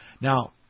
Now